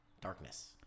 darkness